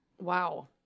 Wow